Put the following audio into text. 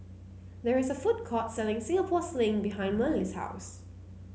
there is a food court selling Singapore Sling behind Merle's house